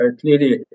clearly